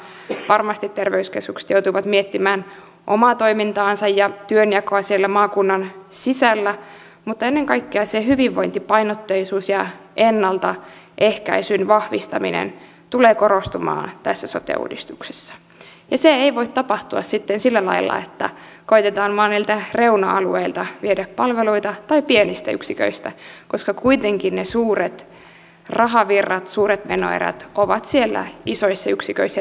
varmasti terveyskeskukset joutuvat miettimään omaa toimintaansa ja työnjakoa siellä maakunnan sisällä mutta ennen kaikkea se hyvinvointipainotteisuus ja ennaltaehkäisyn vahvistaminen tulee korostumaan tässä sote uudistuksessa ja se ei voi tapahtua sitten sillä lailla että koetetaan vain niiltä reuna alueilta tai pienistä yksiköistä viedä palveluita koska kuitenkin ne suuret rahavirrat suuret menoerät ovat siellä isoissa yksiköissä